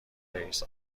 رئیس